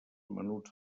menuts